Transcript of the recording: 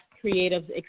Creative